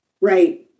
Right